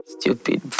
Stupid